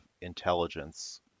intelligence